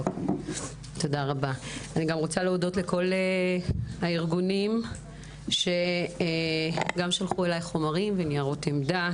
אני רוצה להודות גם לכל הארגונים ששלחו אלי חומרים וניירות עמדה